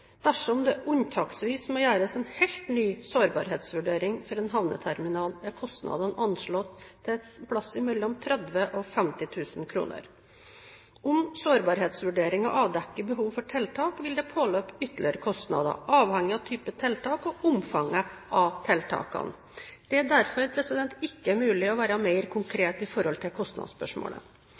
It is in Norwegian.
Dersom det unntaksvis må gjøres en helt ny sårbarhetsvurdering for en havneterminal, er kostnadene anslått til et sted mellom 30 000 og 50 000 kr. Om sårbarhetsvurderingen avdekker behov for tiltak, vil det påløpe ytterligere kostnader, avhengig av type tiltak og omfanget av tiltakene. Det er derfor ikke mulig å være mer konkret i dette kostnadsspørsmålet. ESA har gitt frist til